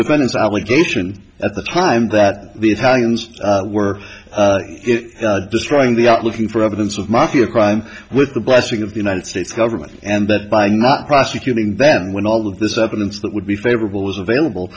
friends obligation at the time that the italians were destroying the art looking for evidence of mafia crime with the blessing of the united states government and that by not prosecuting them when all of this evidence that would be favorable was available